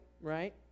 right